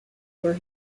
where